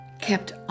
kept